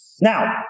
Now